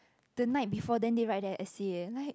the night before then they write their essay like